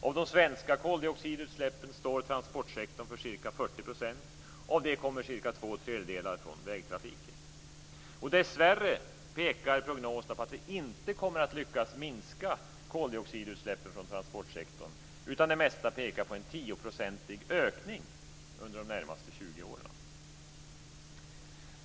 Av de svenska koldioxidutsläppen står transportsektorn för ca 40 %, därav kommer cirka två tredjedelar från vägtrafiken. Dessvärre pekar prognoserna på att vi inte kommer att lyckas minska koldioxidutsläppen från transportsektorn, utan det mesta pekar på en tioprocentig ökning under de närmaste 20 åren.